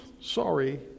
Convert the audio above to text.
sorry